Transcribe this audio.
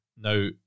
now